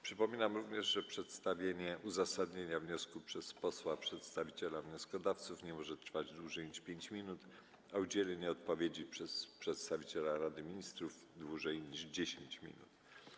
Przypominam również, że przedstawienie uzasadnienia wniosku przez posła przedstawiciela wnioskodawców nie może trwać dłużej niż 5 minut, a udzielenie odpowiedzi przez przedstawiciela Rady Ministrów - dłużej niż 10 minut.